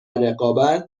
رقابت